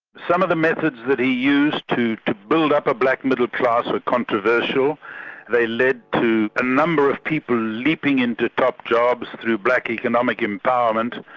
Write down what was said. some of the methods that he used to to build up a black middle-class are controversial they led to a number of people leaping into top jobs thorugh black economic empowerment,